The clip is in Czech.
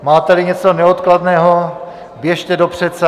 Máteli něco neodkladného, běžte do předsálí.